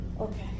Okay